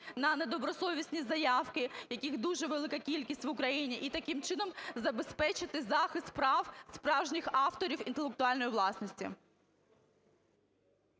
на недобросовісні заявки, яких дуже велика кількість в Україні, і таким чином забезпечити захист прав справжніх авторів інтелектуальної власності.